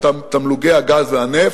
תמלוגי הגז והנפט,